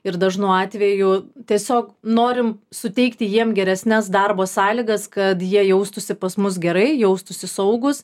ir dažnu atveju tiesiog norim suteikti jiem geresnes darbo sąlygas kad jie jaustųsi pas mus gerai jaustųsi saugūs